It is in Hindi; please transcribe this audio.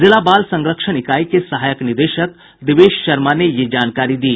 जिला बाल संरक्षण इकाई के सहायक निदेशक दिवेश शर्मा ने यह जानकारी दी